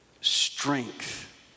strength